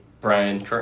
Brian –